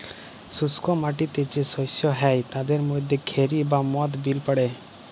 শুস্ক মাটিতে যে শস্য হ্যয় তাদের মধ্যে খেরি বা মথ বিল পড়ে